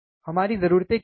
हमारी जरूरतें क्या हैं